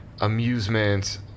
Amusement